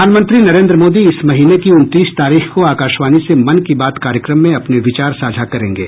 प्रधानमंत्री नरेन्द्र मोदी इस महीने की उनतीस तारीख को आकाशवाणी से मन की बात कार्यक्रम में अपने विचार साझा करेंगे